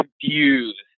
confused